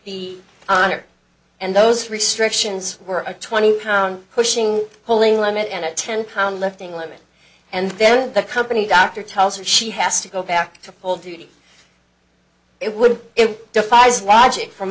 be honored and those restrictions were a twenty pound pushing pulling limit and a ten lb lifting limit and then the company doctor tells her she has to go back to full duty it would it defies logic f